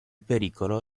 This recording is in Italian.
pericolo